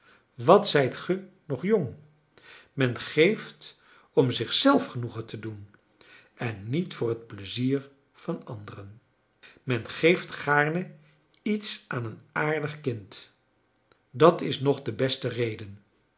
wat zijt ge nog jong men geeft om zich zelf genoegen te doen en niet voor het pleizier van anderen men geeft gaarne iets aan een aardig kind dat is nog de beste reden